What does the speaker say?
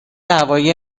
هوایی